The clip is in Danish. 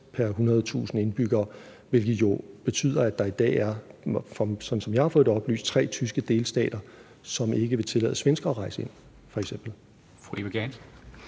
pr. 100.000 indbyggere, hvilket jo betyder, at der i dag er, sådan som jeg har fået det oplyst, tre tyske delstater, som f.eks. ikke vil tillade svenskere at rejse ind. Kl.